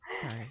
sorry